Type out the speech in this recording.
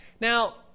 Now